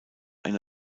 eine